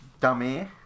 Dummy